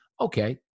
okay